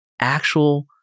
actual